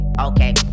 Okay